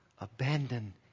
Abandon